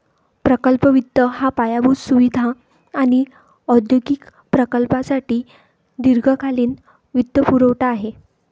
प्रकल्प वित्त हा पायाभूत सुविधा आणि औद्योगिक प्रकल्पांसाठी दीर्घकालीन वित्तपुरवठा आहे